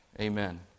Amen